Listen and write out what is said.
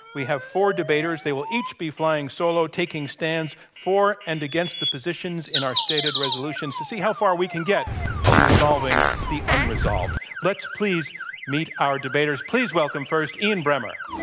we have four debaters. they will each be flying solo, taking stands for and against the positions in our stated resolutions to see how far we can get in resolving the unresolved. let's please meet our debaters. please welcome first ian bremmer.